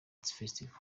festival